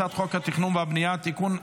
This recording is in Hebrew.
הצעת חוק התכנון והבנייה (תיקון,